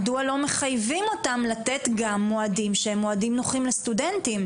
מדוע לא מחייבים אותם לתת גם מועדים שהם מועדים נוחים לסטודנטים?